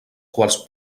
quals